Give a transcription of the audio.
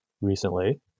recently